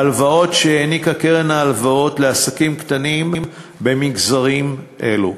בהלוואות שהעניקה קרן ההלוואות לעסקים קטנים במגזרים אלו.